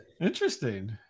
Interesting